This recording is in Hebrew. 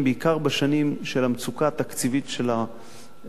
בעיקר בשנים של המצוקה התקציבית של המערכת,